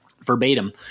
verbatim